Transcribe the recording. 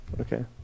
Okay